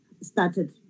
started